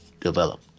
develop